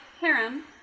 harem